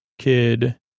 Kid